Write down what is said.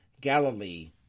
Galilee